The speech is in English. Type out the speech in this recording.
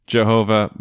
Jehovah